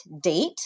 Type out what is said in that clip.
date